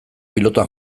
pilotan